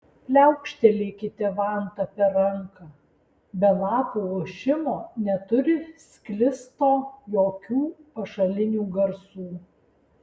pliaukštelėkite vanta per ranką be lapų ošimo neturi sklisto jokių pašalinių garsų